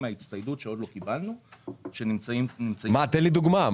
תן לי דוגמה.